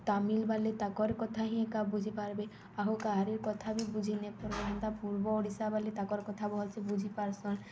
ତାମିଲ୍ବାଲେ ତାକର୍ କଥା ହିଁ ଏକା ବୁଝିପାର୍ବେ ଆଉ କାହାରିର୍ କଥା ବି ବୁଝି ନେ ପାରନ୍ ହେନ୍ତା ପୂର୍ବ ଓଡ଼ିଶାବାଲେ ତାକର୍ କଥା ଭଲ୍ସେ ବୁଝିପାର୍ସନ୍